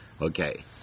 Okay